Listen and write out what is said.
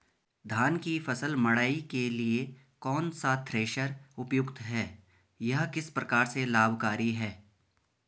धान की फसल मड़ाई के लिए कौन सा थ्रेशर उपयुक्त है यह किस प्रकार से लाभकारी है?